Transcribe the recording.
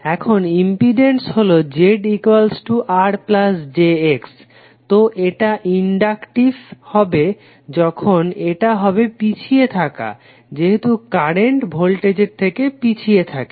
এখন ইম্পিডেন্স হলো ZRjX তো এটা ইনডাক্টিভ হবে যখন এটা হবে পিছিয়ে থাকা যেহেতু কারেন্ট ভোল্টেজের থেকে পিছিয়ে থাকে